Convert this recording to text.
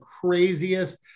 craziest